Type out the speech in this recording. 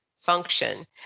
function